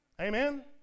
amen